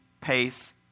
pace